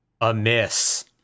Amiss